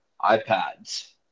iPads